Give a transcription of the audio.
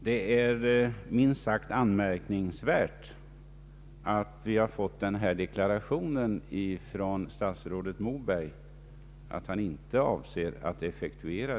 Det var den ena frågan.